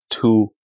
two